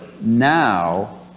now